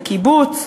בקיבוץ,